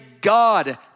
God